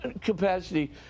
capacity